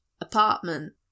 apartment